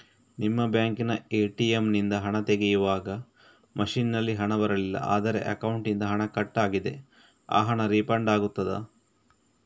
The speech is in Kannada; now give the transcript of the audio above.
ನಿಮ್ಮ ಬ್ಯಾಂಕಿನ ಎ.ಟಿ.ಎಂ ನಿಂದ ಹಣ ತೆಗೆಯುವಾಗ ಮಷೀನ್ ನಲ್ಲಿ ಹಣ ಬರಲಿಲ್ಲ ಆದರೆ ಅಕೌಂಟಿನಿಂದ ಹಣ ಕಟ್ ಆಗಿದೆ ಆ ಹಣ ರೀಫಂಡ್ ಆಗುತ್ತದಾ?